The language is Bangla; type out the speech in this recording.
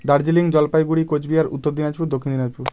দার্জিলিং জলপাইগুড়ি কোচবিহার উত্তর দিনাজপুর দক্ষিণ দিনাজপুর